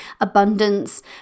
abundance